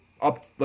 up